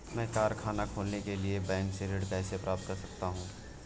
मैं कारखाना खोलने के लिए बैंक से ऋण कैसे प्राप्त कर सकता हूँ?